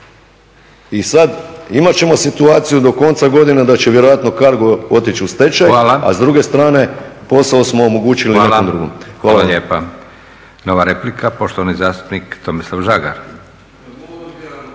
I sad imat ćemo situaciju do konca godine da će vjerojatno cargo otići u stečaj, a s druge strane posao smo omogućili nekom drugom. Hvala. **Leko, Josip (SDP)** Hvala. Hvala lijepa. Nova replika poštovani zastupnik Tomislav Žagar.